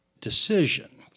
decision